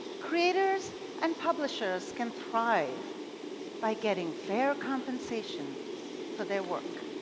creators and publishers can thrive by getting fair compensation for their work.